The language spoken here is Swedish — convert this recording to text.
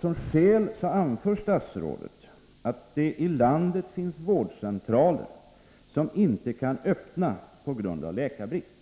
Som skäl anför statsrådet att det i landet finns vårdcentraler som inte kan öppna på grund av läkarbrist.